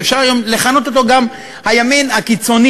שאפשר היום לכנות אותו גם הימין הקיצוני,